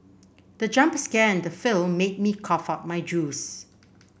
the jump scare in the film made me cough out my juice